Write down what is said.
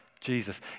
Jesus